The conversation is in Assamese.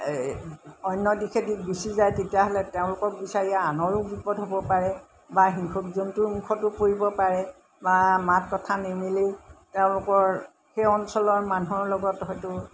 অন্য দিশেদি গুচি যায় তেতিয়াহ'লে তেওঁলোকক বিচাৰি আনৰো বিপদ হ'ব পাৰে বা হিংসুক জন্তুৰ মুখতো কৰিব পাৰে বা মাত কথা নিমিলি তেওঁলোকৰ সেই অঞ্চলৰ মানুহৰ লগত হয়তো